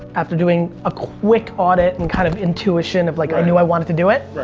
after doing a quick audit and kind of intuition of like i knew i wanted to do it,